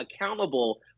accountable